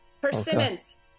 Persimmons